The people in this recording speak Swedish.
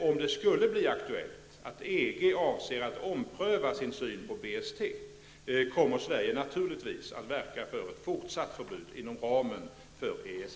Om det skulle bli aktuellt att EG avser att ompröva sin syn på BST kommer Sverige naturligtvis att verka för ett fortsatt förbud inom ramen för EES